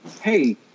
hey